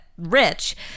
Rich